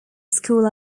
school